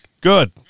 good